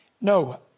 No